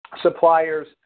suppliers